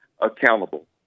accountable